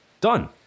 done